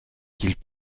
qu’ils